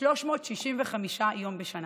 365 יום בשנה.